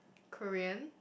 Korean